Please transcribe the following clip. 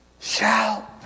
Shout